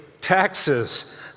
taxes